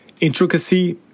intricacy